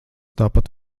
tāpat